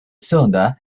cylinder